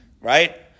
Right